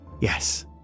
Yes